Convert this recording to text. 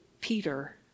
Peter